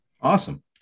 awesome